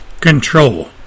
Control